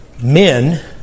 men